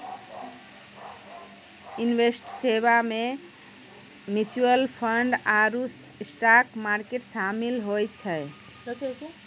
investment सेबा मे mutual fund आरु स्टाक मार्केट शामिल होय छै